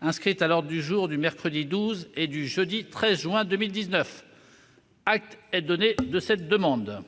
inscrite à l'ordre du jour du mercredi 12 et du jeudi 13 juin 2019. Acte est donné de cette demande.